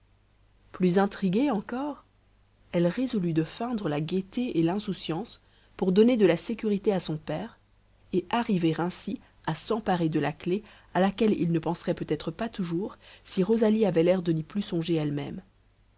plus intriguée encore elle résolut de feindre la gaieté et l'insouciance pour donner de la sécurité à son père et arriver ainsi à s'emparer de la clef à laquelle il ne penserait peut-être pas toujours si rosalie avait l'air de n'y plus songer elle-même